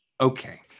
Okay